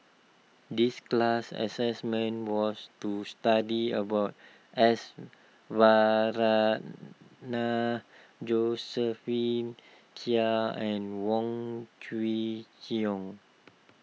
this class assignment was to study about S Varathan Josephine Chia and Wong Kwei Cheong